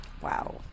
Wow